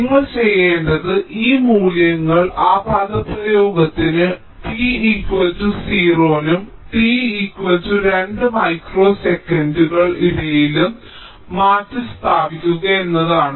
നിങ്ങൾ ചെയ്യേണ്ടത് ഈ മൂല്യങ്ങൾ ആ പദപ്രയോഗത്തിനും t 0 നും t 2 മൈക്രോ സെക്കൻഡുകൾ ഇടയിലും മാറ്റി സ്ഥാപിക്കുക എന്നതാണ്